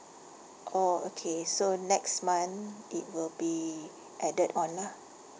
orh okay so next month it will be added on lah